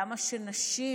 למה שנשים,